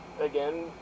again